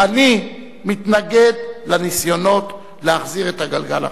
אני מתנגד לניסיונות להחזרת הגלגל אחורה.